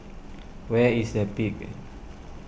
where is the Peak